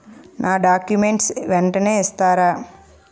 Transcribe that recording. నా డాక్యుమెంట్స్ వెంటనే ఇస్తారా?